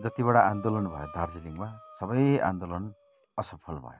जतिवटा आन्दोलन भयो दार्जिलिङमा सबै आन्दोलन असफल भयो